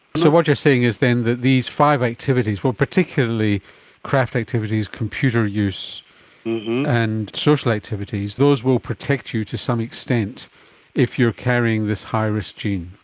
so what you're saying is then that these five activities particularly craft activities, computer use and social activities those will protect you to some extent if you're carrying this high risk gene.